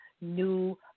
new